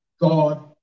God